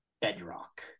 bedrock